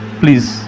please